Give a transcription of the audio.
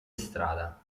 strada